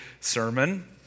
sermon